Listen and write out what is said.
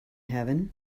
heaven